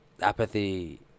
apathy